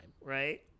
right